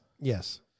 Yes